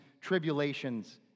tribulations